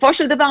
בסופו של דבר,